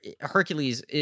Hercules